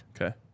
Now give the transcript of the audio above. Okay